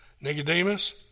Nicodemus